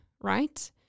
right